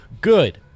Good